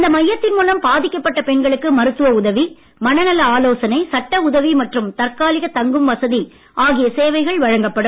இந்த மையத்தின் மூலம் பாதிக்கப்பட்ட பெண்களுக்கு மருத்துவ உதவி மனநல ஆலோசனை சட்ட உதவி மற்றும் தற்காலிக தங்கும் வசதி ஆகிய சேவைகள் வழங்கப்படும்